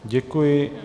Děkuji.